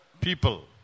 people